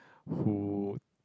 who